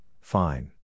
fine